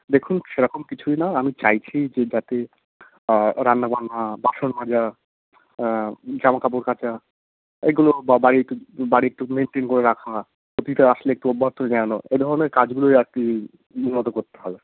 দেখুন সেরকম কিছুই না আমি চাইছি যে যাতে রান্না বান্না বাসন মাজা জামা কাপড় কাচা এগুলো বা বাড়ি একটু বাড়ি একটু মেইনটেইন করে রাখা অতিথিরা আসলে একটু অভ্যার্থনা জানানো এই ধরনের কাজগুলোই আর কি নিয়মিত করতে হবে